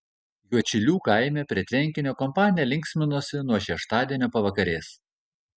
juodšilių kaime prie tvenkinio kompanija linksminosi nuo šeštadienio pavakarės